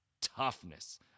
toughness